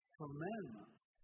commandments